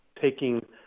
taking